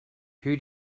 who